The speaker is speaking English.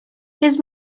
his